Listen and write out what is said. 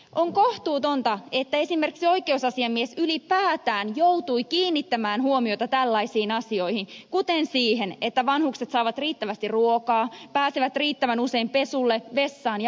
on kohtuutonta että esimerkiksi oikeusasiamies ylipäätään joutui kiinnittämään huomiota tällaisiin asioihin kuten siihen että vanhukset saavat riittävästi ruokaa pääsevät riittävän usein pesulle vessaan ja ulkoilemaan